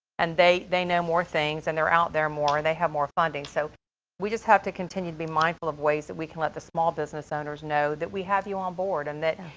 and they, they know more things, and they're out there more, and they have more funding. so we just have to continue to be mindful of ways that we can let the small business owners know that we have you on board and that,